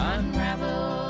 Unravel